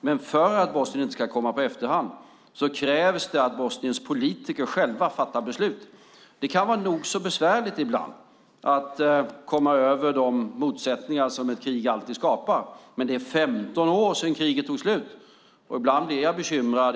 Men för att Bosnien inte ska hamna på efterkälken krävs det att Bosniens politiker själva fattar beslut. Det kan vara nog så besvärligt ibland att komma över de motsättningar som ett krig skapar. Men det är 15 år sedan kriget tog slut, och ibland blir jag bekymrad.